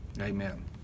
amen